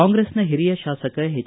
ಕಾಂಗ್ರೆಸ್ನ ಹಿರಿಯ ಶಾಸಕ ಎಚ್